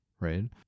right